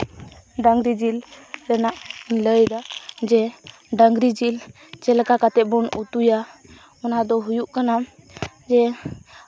ᱰᱟᱹᱝᱨᱤ ᱡᱤᱞ ᱨᱮᱱᱟᱜ ᱤᱧ ᱞᱟᱹᱭᱫᱟ ᱡᱮ ᱰᱟᱹᱝᱨᱤ ᱡᱤᱞ ᱪᱮᱫ ᱞᱮᱠᱟ ᱠᱟᱛᱮᱫ ᱵᱚᱱ ᱩᱛᱩᱭᱟ ᱚᱱᱟᱫᱚ ᱦᱩᱭᱩᱜ ᱠᱟᱱᱟ ᱡᱮ